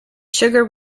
sugar